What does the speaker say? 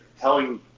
telling